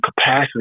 capacity